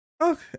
Okay